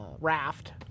raft